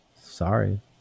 Sorry